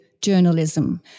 journalism